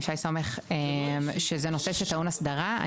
עם שי סומך שזה נושא שטעון הסדרה.